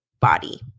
body